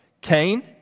Cain